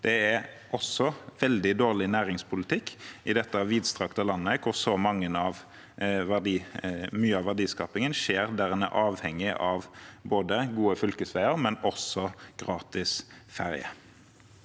Det er også veldig dårlig næringspolitikk i dette langstrakte landet, hvor så mye av verdiskapingen skjer der en er avhengig av både gode fylkesveier og gratis ferje.